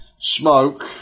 Smoke